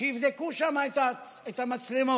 שיבדקו שם את המצלמות,